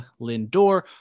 Lindor